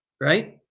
Right